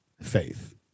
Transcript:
faith